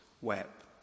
wept